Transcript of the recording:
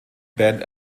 band